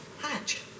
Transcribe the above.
Hatch